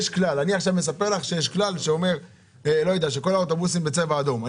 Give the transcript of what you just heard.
אני עכשיו מספר לך שיש כלל שאומר שכל האוטובוסים בצבע אדום.